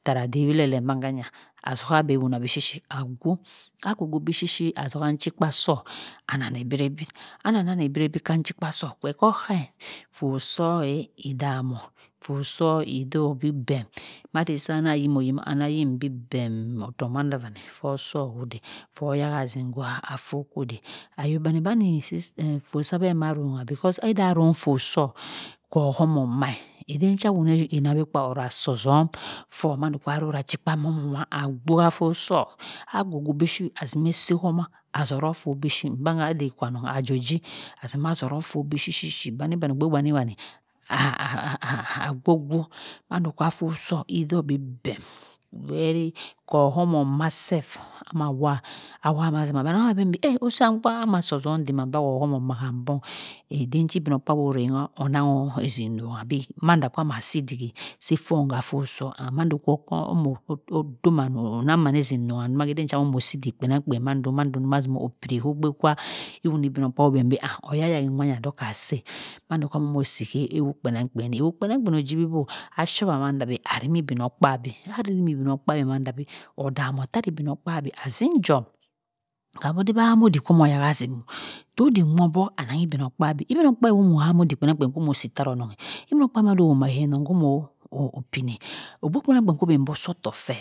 Tarah dewi le le manghania as ha beh nia bi shi shi hi agwo akah gwo bi shi shi azineh chikpa kwo anangho abira anah nangha ebirasi hay chikpa soh feh kho kha eh foh soh eh i damoh foh soh i doh bi bem madisa anah yimo yima ayim bi bẹẹm otohk wandavani foh soh heday foh yahazim k'gwa foh khodey ayo bani ani foh sabeh arongha because idah rong foh soh kho homoh mah endencha awoneyi na or ah sohzum foh mhando arora achikpa wawun wah agwo ha foh soh agwo gwo bishi shi shi azinaa asi huma ah zorafoh nbangha adey kwanong a joh ji azima zorofoh bishi shi shi banny banny ogbe wani wani gwo gwo mandho ha foh soh edoh bi bem gweri kho homo ma self amah wha amahwha mazi mah anong osan kwa ho amah si ozum damandua kho homo ma hambong eden igbimokpaabi orengho onangha azimrongha bi madah ama si iddik eh si fon ha foh soh and mando omoh oduma onang mahn azinongha eden ma sah moh si iddik kpenangkpen mahn doh mahn doh mahn doh mahn do opiri ha eden sah iwun igbimogkpaabi bi ah oyayahi mah doghaseh mandoh amoh omoh si ewoh kpenangkpen eh ewo kpenangkpen ojiwibo ashowa mahn dah bi rimy igbimogkpaabi mahada imi rimy igbimogkpaabi mahn dah bi odamoh tari igbimogkpaabi azin jom kham odey ohamy iddik omoh yahazim o tey oddik moh buck ananghi igbimogkpaabi, igbimogkpaabi omoh hama oddik kpenangkpen omoh si tarah ononghe igbimogkpaabi mahn dah owah mah onong he homo pineh logbe kpenang kpen oh main boh soh otohk phee.